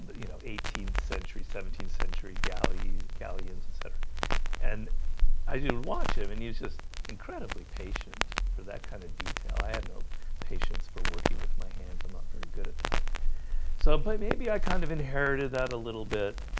you know eighteenth century seventeenth century galleys galleons, etc and i didn't watch him and he's just incredibly patient for that kind of detail i had no patience for working with my hands. i'm not very good at that so, but maybe i kind of inherited that a little bit